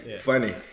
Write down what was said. Funny